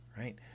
right